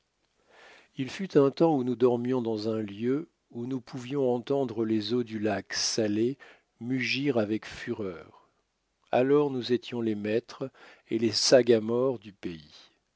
il fut un temps où nous dormions dans un lieu où nous pouvions entendre les eaux du lac salé mugir avec fureur alors nous étions les maîtres et les sagamores du pays